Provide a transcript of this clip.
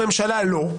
אמרנו לממשלה לא,